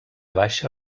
baixa